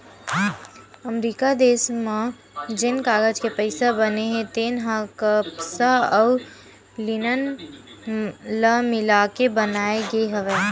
अमरिका देस म जेन कागज के पइसा बने हे तेन ह कपसा अउ लिनन ल मिलाके बनाए गे हवय